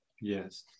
Yes